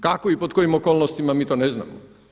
Kako i pod kojim okolnostima mi to ne znamo.